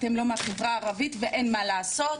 אתן לא מהחברה הערבית ואין מה לעשות.